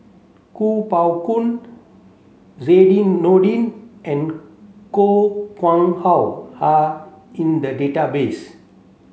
Kuo Pao Kun Zainudin Nordin and Koh Nguang How are in the database